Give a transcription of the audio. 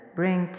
bring